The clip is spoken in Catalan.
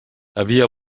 havia